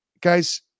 guys